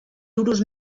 duros